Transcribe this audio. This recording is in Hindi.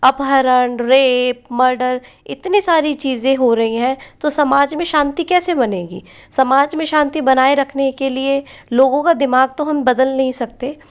अपहरण रेप मर्डर इतनी सारी चीज़ें हो रही हैं तो समाज में शांति कैसे बनेगी समाज में शांति बनाए रखने के लिए लोगों का दिमाग तो हम बदल नहीं सकते